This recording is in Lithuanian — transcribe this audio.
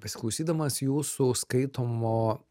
besiklausydamas jūsų skaitomo